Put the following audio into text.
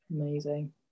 Amazing